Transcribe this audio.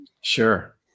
Sure